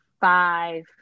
five